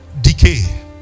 decay